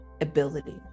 ability